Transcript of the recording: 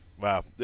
Wow